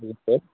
हजुर सर